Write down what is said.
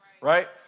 right